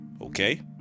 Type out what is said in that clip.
okay